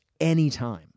anytime